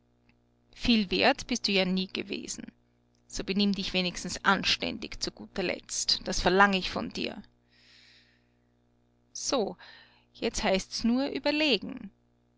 viel wert bist du ja nie gewesen so benimm dich wenigstens anständig zu guter letzt das verlang ich von dir so jetzt heißt's nur überlegen